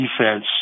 defense